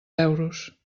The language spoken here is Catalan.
euros